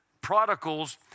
prodigals